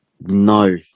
No